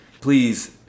Please